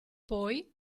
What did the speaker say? poi